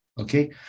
Okay